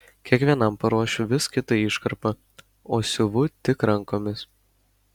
kiekvienam paruošiu vis kitą iškarpą o siuvu tik rankomis